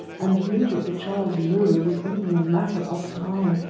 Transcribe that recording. and knew that the child's murder was only a matter of time.